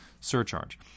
surcharge